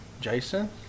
Jason